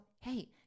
hey